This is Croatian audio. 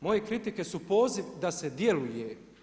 Moje kritike su poziv da se djeluje.